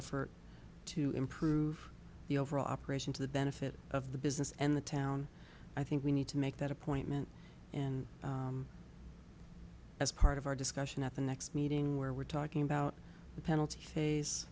effort to improve the overall operation to the benefit of the business and the town i think we need to make that appointment and as part of our discussion at the next meeting where we're talking about the penalty phase